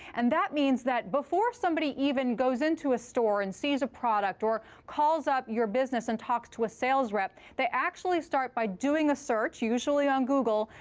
and that means that before somebody even goes into a store and sees a product or calls up your business and talks to a sales rep, they actually start by doing a search, usually on google,